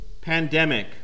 pandemic